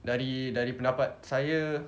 dari dari pendapat saya